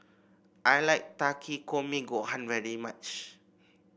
I like Takikomi Gohan very much